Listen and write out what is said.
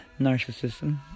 narcissism